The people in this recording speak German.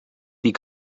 die